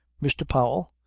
mr. powell,